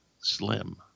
slim